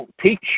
teach